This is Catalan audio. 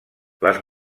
les